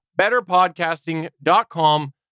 betterpodcasting.com